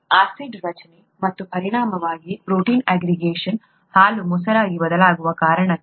acid ರಚನೆ ಮತ್ತು ಪರಿಣಾಮವಾಗಿ ಪ್ರೋಟೀನ್ ಆಗ್ರಿಗೇಷನ್ ಹಾಲು ಮೊಸರಾಗಿ ಬದಲಾಗಲು ಕಾರಣವಾಗುತ್ತದೆ